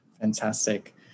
Fantastic